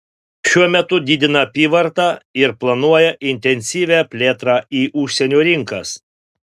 šiuo metu didina apyvartą ir planuoja intensyvią plėtrą į užsienio rinkas